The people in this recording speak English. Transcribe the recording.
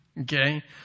Okay